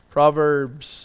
Proverbs